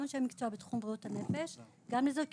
גם אנשי מקצוע בתחום בריאות הנפש,